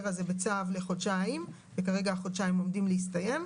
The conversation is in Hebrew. הזה בצו לחודשיים וכרגע החודשיים עומדים להסתיים.